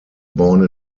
born